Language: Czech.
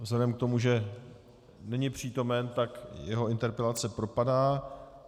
Vzhledem k tomu, že není přítomen, tak jeho interpelace propadá.